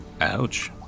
Ouch